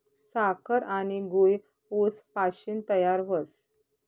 साखर आनी गूय ऊस पाशीन तयार व्हस